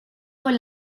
con